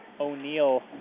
O'Neill